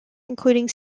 including